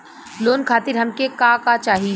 Loan खातीर हमके का का चाही?